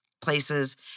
places